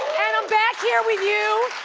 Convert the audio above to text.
and i'm back here with you,